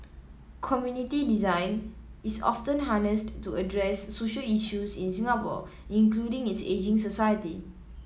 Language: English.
community design is often harnessed to address social issues in Singapore including its ageing society